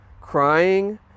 crying